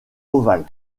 ovale